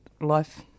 life